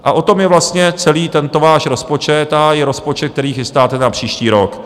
A o tom je vlastně celý tento váš rozpočet a i rozpočet, který chystáte na příští rok.